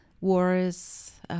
wars